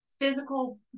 physical